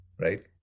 right